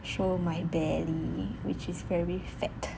show my belly which is very fat